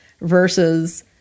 versus